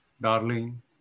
darling